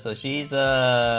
so she's a